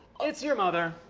it's your mother.